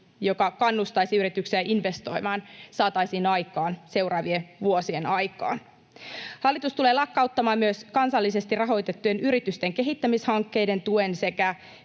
joka kannustaisi yrityksiä investoimaan, saataisiin aikaan seuraavien vuosien aikana. Hallitus tulee lakkauttamaan myös kansallisesti rahoitettujen yritysten kehittämishankkeiden tuen sekä